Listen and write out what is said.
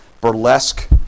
burlesque